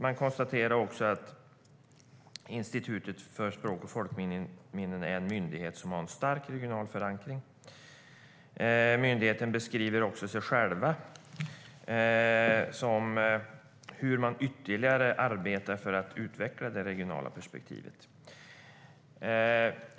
Man konstaterar också att Institutet för språk och folkminnen är en myndighet som har en stark regional förankring. Myndigheten beskriver också hur den ytterligare arbetar för att utveckla det regionala perspektivet.